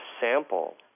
sample